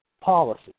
policy